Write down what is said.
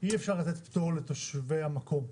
אי אפשר לתת פטור לתושבי המקום,